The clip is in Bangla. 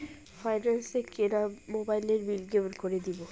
ফাইন্যান্স এ কিনা মোবাইলের বিল কেমন করে দিবো?